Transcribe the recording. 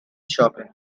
shopping